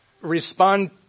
respond